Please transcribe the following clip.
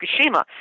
Fukushima